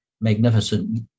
magnificent